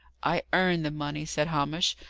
i earned the money, said hamish,